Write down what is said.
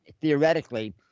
theoretically